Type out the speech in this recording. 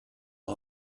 our